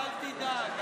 אל תדאג.